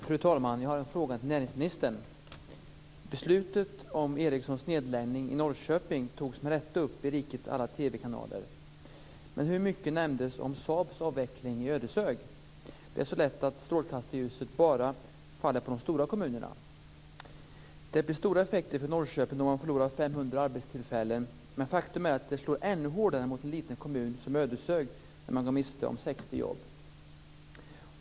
Fru talman! Jag har en fråga till näringsministern. Beslutet om Ericssons nedläggning togs med rätta upp i rikets alla TV-kanaler. Men hur mycket nämndes om Saabs avveckling i Ödeshög? Det är så lätt att strålkastarljuset bara faller på de stora kommunerna. Det blev stora effekter för Norrköping när 500 arbetstillfällen gick förlorade. Men faktum är att 60 förlorade arbetstillfällen slår ännu hårdare mot en liten kommun som Ödeshög.